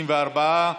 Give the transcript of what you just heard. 64,